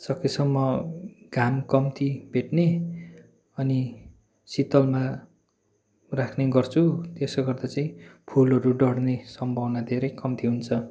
सकेसम्म घाम कम्ति भेट्ने अनि शितलमा राख्ने गर्छु त्यसो गर्दा चाहिँ फुलहरु डढ्ने सम्भावना धेरै कम्ति हुन्छ